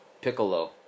Piccolo